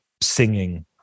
singing